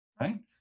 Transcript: right